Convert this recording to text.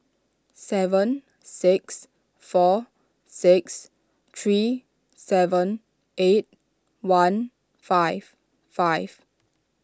seven six four six three seven eight one five five